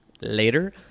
later